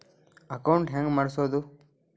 Account ಹೆಂಗ್ ಮಾಡ್ಸೋದು?